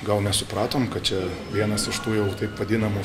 gal nesupratom kad čia vienas iš tų jau taip vadinamų